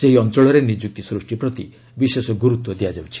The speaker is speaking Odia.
ସେହି ଅଞ୍ଚଳରେ ନିଯୁକ୍ତି ସୃଷ୍ଟି ପ୍ରତି ବିଶେଷ ଗୁରୁତ୍ୱ ଦିଆଯାଉଛି